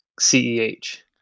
Ceh